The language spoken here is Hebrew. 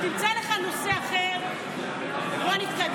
תמצא נושא אחר ונתקדם.